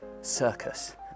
circus